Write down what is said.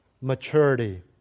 maturity